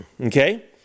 okay